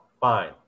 fine